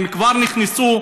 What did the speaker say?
ואם כבר נכנסו,